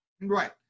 Right